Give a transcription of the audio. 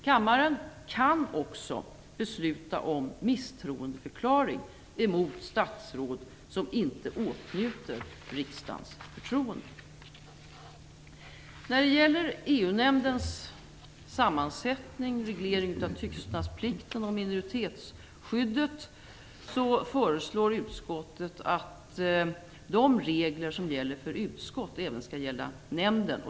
Kammaren kan också besluta om misstroendeförklaring mot statsråd som inte åtnjuter riksdagens förtroende. När det gäller EU:nämndens sammansättning, reglering av tystnadsplikten och minoritetsskyddet föreslår utskottet att de regler som gäller för utskott även skall gälla nämnden.